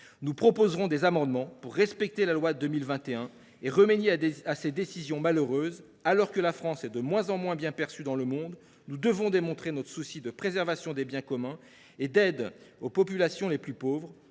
Nous proposerons des amendements pour respecter la loi de 2021 et remédier à ces décisions malheureuses. Alors que la France est de moins en moins bien perçue dans le monde, nous devons démontrer notre souci de préservation des biens communs et d’aide aux populations les plus pauvres